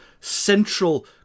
central